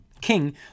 King